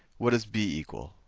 what does b equal?